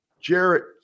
Jarrett